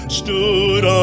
stood